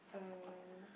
uh